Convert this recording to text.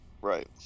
right